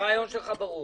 הרעיון שלך ברור.